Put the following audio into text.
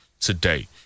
today